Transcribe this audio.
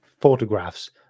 photographs